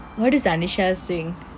what is anisha singh